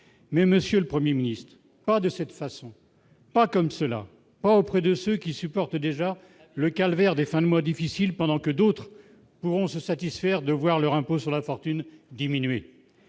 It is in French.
mais Monsieur le 1er ministre pas de cette façon, pas comme cela auprès de ceux qui supportent déjà le calvaire des fins de mois difficiles pendant que d'autres pourront se satisfaire de voir leur impôt sur la fortune diminuer